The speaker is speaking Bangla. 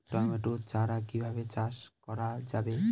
টমেটো চারা কিভাবে চাষ করা যাবে?